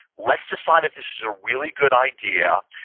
let's decide if this is a really good idea,